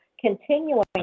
continuing